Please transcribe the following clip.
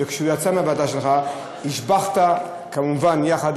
אני ודאי מודה לך, אדוני יושב-ראש ועדת הכספים,